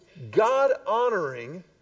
God-honoring